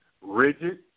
rigid